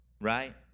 Right